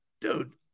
Dude